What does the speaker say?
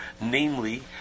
namely